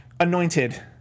Anointed